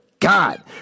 God